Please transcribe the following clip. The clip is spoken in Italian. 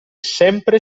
sempre